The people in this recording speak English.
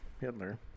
Hitler